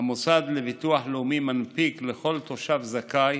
המוסד לביטוח לאומי מנפיק לכל תושב זכאי